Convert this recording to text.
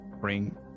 bring